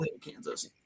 Kansas